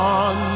on